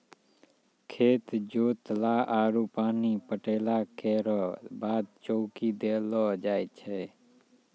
खेत जोतला आरु पानी पटैला केरो बाद चौकी देलो जाय छै?